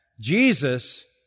Jesus